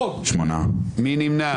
מי נמנע?